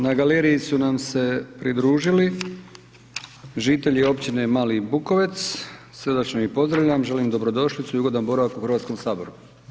Na galeriji su nam se pridružile žitelji Općine Mali Bukovec, srdačno iz pozdravljam, želim im dobrodošlicu i ugodan boravak u Hrvatskom saboru.